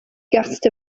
guest